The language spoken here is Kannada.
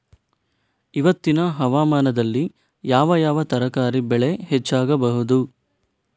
ಇವತ್ತಿನ ಹವಾಮಾನದಲ್ಲಿ ಯಾವ ಯಾವ ತರಕಾರಿ ಬೆಳೆ ಹೆಚ್ಚಾಗಬಹುದು?